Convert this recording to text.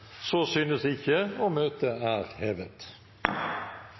Så synes ikke, og møtet er hevet.